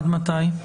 עד מתי?